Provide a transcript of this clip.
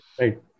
Right